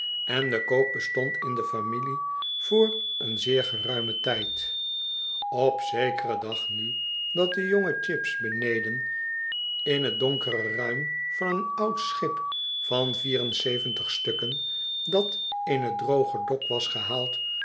en de koop bestond in de familie voor een zeer geruimen tijd op zekeren dag nu dat de jonge chips beneden in t donkere ruim van een oud schip van vier en zeventig stukken dat in t droge dok was gehaald